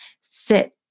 sit